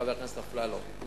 חבר הכנסת אפללו,